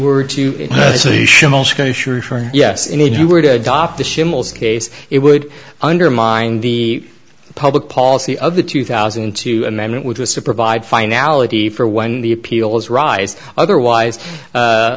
were to yes indeed you were to adopt a shambles case it would undermine the public policy of the two thousand and two amendment which was to provide finality for when the appeals rise otherwise